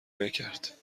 نکرد